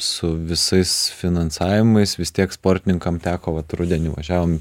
su visais finansavimais vis tiek sportininkam teko vat rudenį važiavom